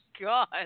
God